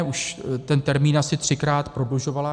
Už ten termín asi třikrát prodlužovala.